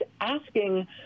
asking